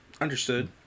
understood